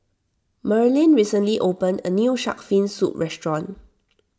Merlyn recently opened a new Shark's Fin Soup restaurant